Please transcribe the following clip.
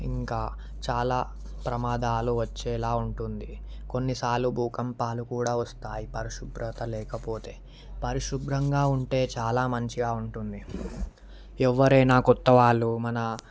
ఇంకా చాలా ప్రమాదాలు వచ్చేలా ఉంటుంది కొన్నిసార్లు భూకంపాలు కూడా వస్తాయి పరిశుభ్రత లేకపోతే పరిశుభ్రంగా ఉంటే చాలా మంచిగా ఉంటుంది ఎవ్వరైనా కొత్త వాళ్ళు మన